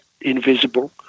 invisible